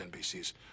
NBC's